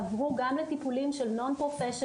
עברו גם לטיפולים של נון-פרופשנלס,